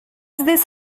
this